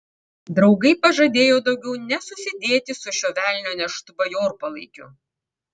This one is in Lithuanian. draugai pažadėjo daugiau nesusidėti su šiuo velnio neštu bajorpalaikiu